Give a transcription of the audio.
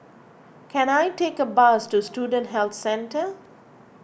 can I take a bus to Student Health Centre